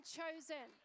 chosen